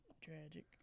tragic